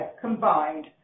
combined